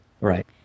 Right